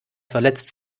verletzt